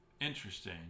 Interesting